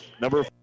number